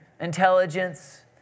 intelligence